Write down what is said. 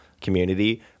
community